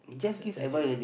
is a test you